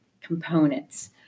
components